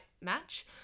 Match